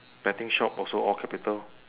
betting shop also all capital